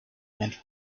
and